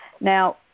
Now